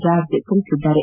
George ತಿಳಿಸಿದ್ದಾರೆ